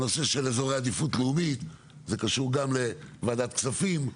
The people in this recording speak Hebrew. הנושא של אזורי עדיפות לאומית קשור גם לוועדת הכספים,